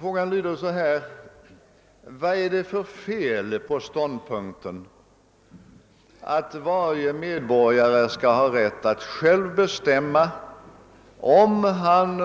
Frågan lyder: Vad är det för fel på ståndpunkten att varje medborgare skall ha rätt att själv bestämma om han